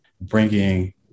bringing